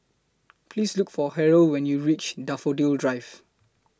Please Look For Harrell when YOU REACH Daffodil Drive